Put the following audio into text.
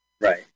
Right